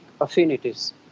affinities